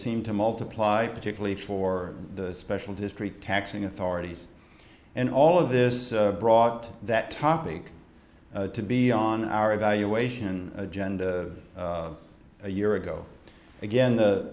seem to multiply particularly for the special district taxing authorities and all of this brought that topic to be on our evaluation agenda a year ago again the